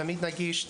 תמיד נגיש,